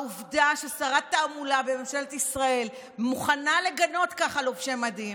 העובדה ששרת תעמולה בממשלת ישראל מוכנה לגנות ככה לובשי מדים,